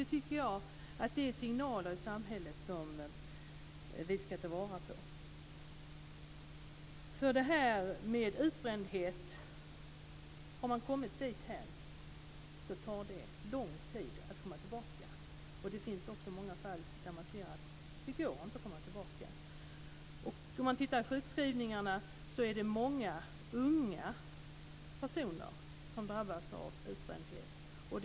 Det tycker jag är signaler i samhället som vi ska ta vara på. Har man kommit dithän att man är utbränd tar det lång tid att komma tillbaka. Det finns också många fall där det inte går att komma tillbaka. Tittar på man sjukskrivningarna är det många unga personer som drabbas av utbrändhet.